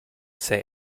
say